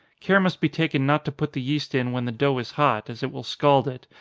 care must be taken not to put the yeast in when the dough is hot, as it will scald it,